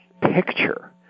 picture